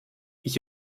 ich